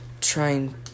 trying